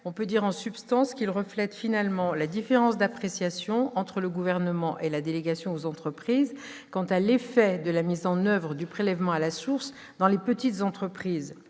on peut dire en substance qu'il reflète finalement la différence d'appréciation entre le Gouvernement et la délégation aux entreprises sur l'effet de la mise en oeuvre du prélèvement à la source dans les petites entreprises